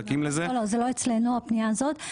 לא, זה לא אצלנו, הפנייה הזאת.